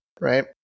right